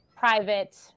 private